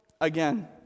Again